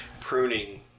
pruning